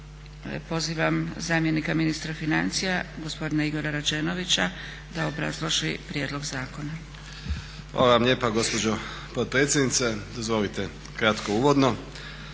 Pozivam zamjenika ministra financija gospodina Igora Rađenovića da obrazloži prijedlog zakona. **Rađenović, Igor (SDP)** Hvala vam lijepa gospođo potpredsjednice. Dozvolite mi kratko uvodno.